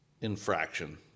infraction